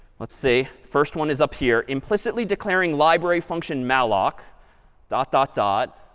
let's see, first one is up here. implicitly declaring library function malloc dot dot dot.